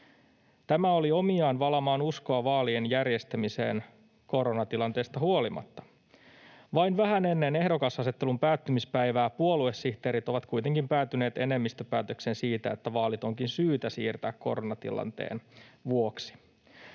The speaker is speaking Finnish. Tämä oli omiaan valamaan uskoa vaalien järjestämiseen koronatilanteesta huolimatta. Vain vähän ennen ehdokasasettelun päättymispäivää puoluesihteerit ovat kuitenkin päätyneet enemmistöpäätökseen siitä, että vaalit onkin syytä siirtää koronatilanteen vuoksi.